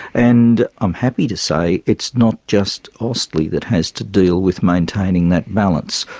and i'm happy to say it's not just austlii that has to deal with maintaining that balance,